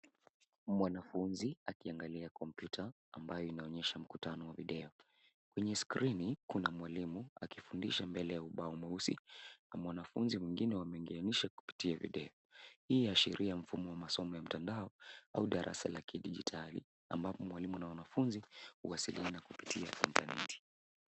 Mwanafunzi akiangalia kompyuta ambayo inaonyesha mkutano wa video. Kwenye skrini kuna mwalimu akifundisha mbele ya ubao mweusi na mwanafunzi mwingine ameunganishwa kupitia video. Hii inaashiria mfumo wa masomo ya mtandao au darasa la kidijitali ambapo mwalimu na mwanafunzi huwasiliana kupitia intaneti.